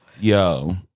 yo